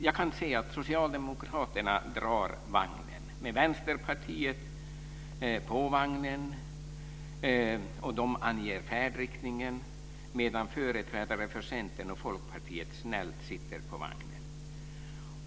Jag kan se att socialdemokraterna drar vagnen med Vänsterpartiet på vagnen. De anger färdriktningen, medan företrädare för Centern och Folkpartiet snällt sitter på vagnen.